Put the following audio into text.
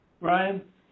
Ryan